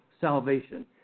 salvation